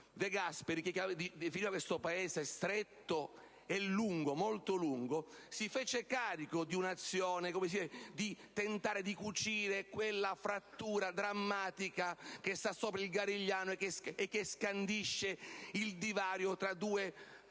De Gasperi, che definiva questo Paese stretto e molto lungo, si fece carico di un'azione finalizzata a tentare di cucire la frattura drammatica che sta sopra il Garigliano e che scandisce il divario tra due aree